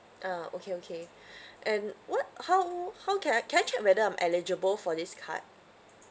ah okay okay and what how how can I can I check whether I'm eligible for this card